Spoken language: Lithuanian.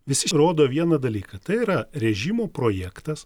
visi rodo vieną dalyką tai yra režimo projektas